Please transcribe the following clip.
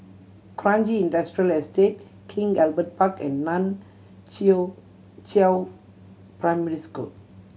Kranji Industrial Estate King Albert Park and Nan Chiau Primary School